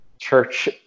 church